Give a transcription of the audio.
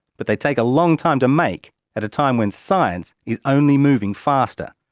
but they take a long time to make at a time when science is only moving faster.